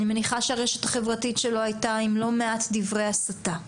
אני מניחה שהרשת החברתית שלו היתה עם לא מעט דברי הסתה,